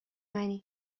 منی